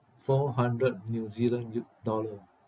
four hundred new zealand u~ dollar